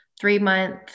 three-month